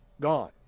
Gone